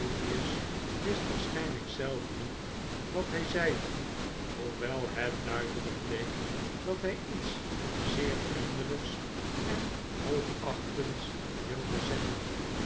wist waarschiinlgk zelf niet wat hg zeide hoewel het duidfclgk bleek dat hij iets zeer vriendelgks en hoogachtends wilde zeggen